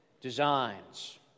designs